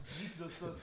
Jesus